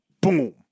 Boom